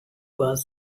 was